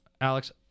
alex